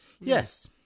yes